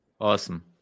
awesome